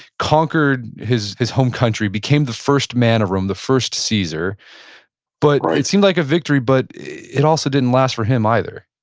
conquered his his home country, became the first man of rome, the first caesar but right but it seemed like a victory, but it also didn't last for him either.